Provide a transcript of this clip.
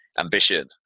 ambition